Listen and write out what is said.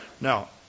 Now